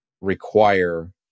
require